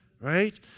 right